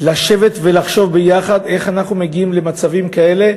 לשבת ולחשוב ביחד איך אנחנו מגיעים למצבים כאלה,